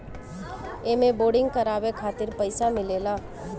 एमे बोरिंग करावे खातिर पईसा मिलेला